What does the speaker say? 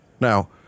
Now